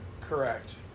Correct